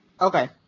Okay